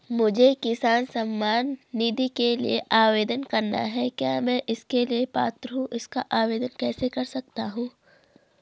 मुझे किसान सम्मान निधि के लिए आवेदन करना है क्या मैं इसके लिए पात्र हूँ इसका आवेदन कैसे कर सकता हूँ?